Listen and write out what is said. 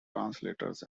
translators